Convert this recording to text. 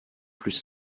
plus